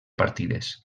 partides